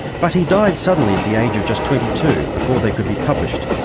but he died suddenly at the age of just twenty two before they could be published,